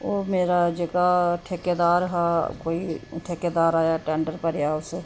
ओह् मेरा जेह्का ठेकेदार हा कोई ठेकेदार आया टैंडर भरेआ उस